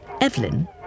Evelyn